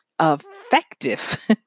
effective